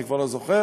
אני כבר לא זוכר,